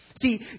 See